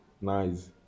nice